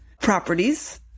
properties